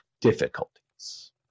difficulties